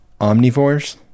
omnivores